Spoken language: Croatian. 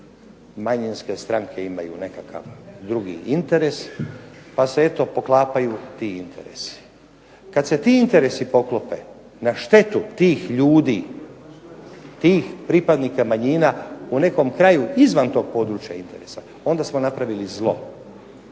manjinske stranke imaju nekakav drugi interes pa se eto poklapaju ti interesi. Kad se ti interesi poklope na štetu tih ljudi, tih pripadnika manjina u nekom kraju izvan tog područja interesa onda smo napravili zlo.